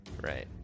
Right